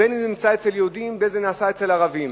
אם הוא נעשה אצל יהודים ואם הוא נעשה אצל ערבים.